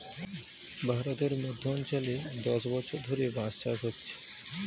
ভারতের মধ্য অঞ্চলে দশ বছর ধরে বাঁশ চাষ হচ্ছে